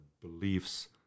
beliefs